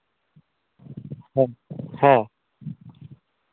ᱦᱮᱸ ᱦᱮᱸ